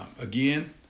Again